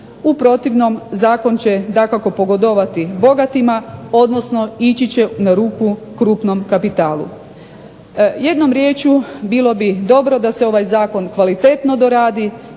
U protivnom zakon će dakako pogodovati bogatima odnosno ići će na ruku krupnom kapitalu. Jednom rječju, bilo bi dobro da se ovaj zakon kvalitetno doradi